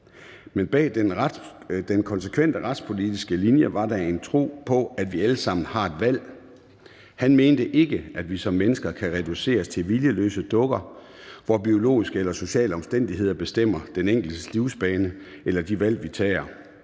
Men bag den konsekvente retspolitiske linje var der en tro på, at vi allesammen har et valg. Han mente ikke, at vi som mennesker kan reduceres til viljeløse dukker, hvor biologiske eller sociale omstændigheder bestemmer den enkeltes livsbane eller de valg, vi tager.